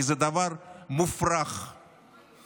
כי זה דבר מופרך לחלוטין.